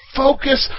focus